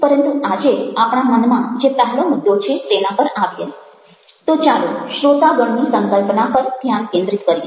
પરંતુ આજે આપણા મનમાં જે પહેલો મુદ્દો છે તેના પર આવીએ તો ચાલો શ્રોતાગણની સંકલ્પના પર ધ્યાન કેન્દ્રિત કરીએ